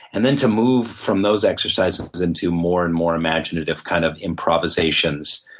and then to move from those exercises into more and more imaginative kind of improvisations,